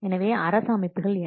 எனவே அரசு அமைப்புகள் என்ன